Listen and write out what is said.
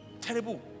Terrible